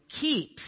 keeps